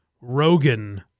Rogan